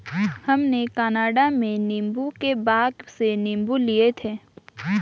हमने कनाडा में नींबू के बाग से नींबू लिए थे